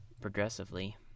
progressively